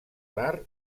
rar